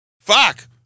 fuck